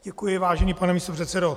Děkuji, vážený pane místopředsedo.